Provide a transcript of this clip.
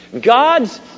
God's